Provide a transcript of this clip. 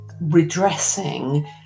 redressing